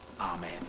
Amen